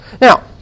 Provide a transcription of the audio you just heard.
Now